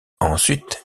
ensuite